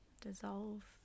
dissolve